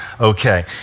okay